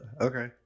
Okay